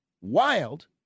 wild